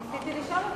רציתי לשאול אותה.